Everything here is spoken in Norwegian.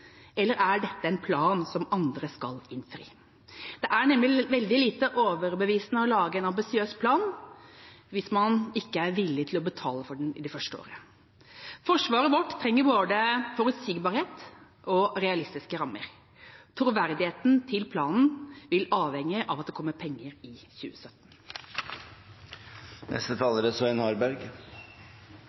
Eller er dette en plan som andre skal innfri? Det er nemlig veldig lite overbevisende å lage en ambisiøs plan hvis man ikke er villig til å betale for den det første året. Forsvaret vårt trenger både forutsigbarhet og realistiske rammer. Troverdigheten til planen vil avhenge av at det kommer penger i